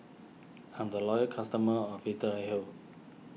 I'm a loyal customer of Vitahealth